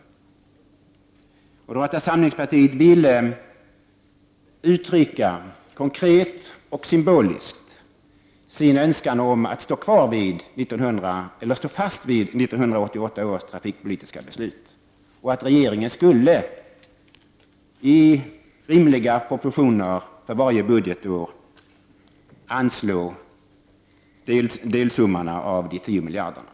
Vi i moderata samlingspartiet ville konkret och symboliskt ge uttryck för vår önskan om att 1988 års trafikpolitiska beslut skulle kvarstå och att regeringen i rimliga proportioner för varje budgetår skulle anslå delsummorna när det gäller de 10 miljarderna.